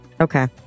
Okay